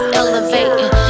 elevating